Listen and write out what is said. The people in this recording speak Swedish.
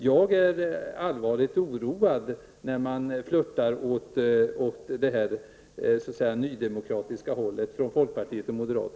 Jag är allvarligt oroad när folkpartiet och moderaterna flirtar åt det nydemokratiska hållet.